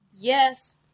Yes